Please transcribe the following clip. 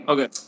Okay